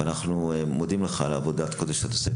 אנחנו מודים לך על עבודת הקודש שאתה עושה.